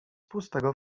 pustego